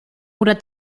oder